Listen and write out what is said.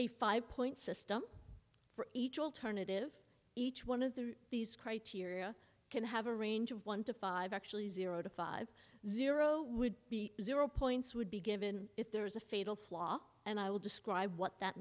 a five point system for each alternative each one of the these criteria can have a range of one to five actually zero to five zero would be zero points would be given if there is a fatal flaw and i will describe what that